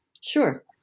Sure